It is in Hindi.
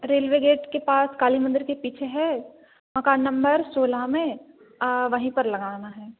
रेलवे गेट के पास काली मंदिर के पीछे है मकान नंबर सोलह में वही पर लगाना है